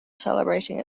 celebrating